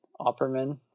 Opperman